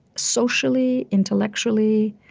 socially, intellectually,